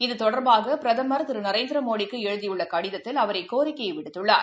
இதுதொடர்பாகபிரதமர் நரேந்திரமோடிக்குஎழுதியுள்ளகடிதத்தில் திரு அவர் இக்கோரிக்கையைவிடுத்துள்ளார்